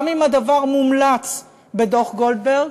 גם אם הדבר מומלץ בדוח גולדברג,